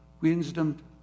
wisdom